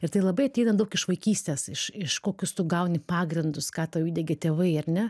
ir tai labai ateina daug iš vaikystės iš iš kokius tu gauni pagrindus ką tau įdiegė tėvai ar ne